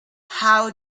how